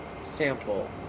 sample